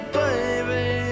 baby